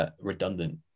Redundant